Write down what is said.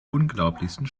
unglaublichsten